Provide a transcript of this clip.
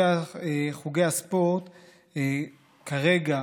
חוגי הספורט כרגע,